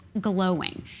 glowing